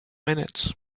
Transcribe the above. minutes